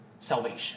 salvation